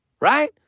right